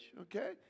okay